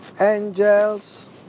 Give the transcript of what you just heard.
angels